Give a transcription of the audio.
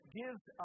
gives